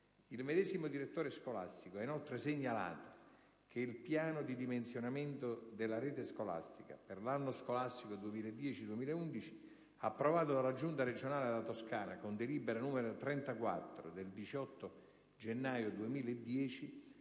Il medesimo direttore scolastico ha inoltre segnalato che il piano di dimensionamento della rete scolastica per l'anno scolastico 2010-2011, approvato dalla Giunta regionale della Toscana con delibera n. 34 del 18 gennaio 2010,